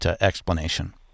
explanation